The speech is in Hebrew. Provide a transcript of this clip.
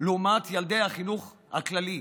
לעומת ילדי החינוך הכללי.